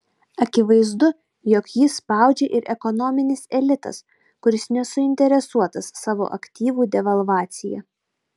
akivaizdu jog jį spaudžia ir ekonominis elitas kuris nesuinteresuotas savo aktyvų devalvacija